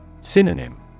Synonym